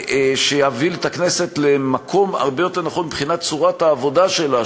שיביא את הכנסת למקום הרבה יותר נכון מבחינת צורת העבודה שלה,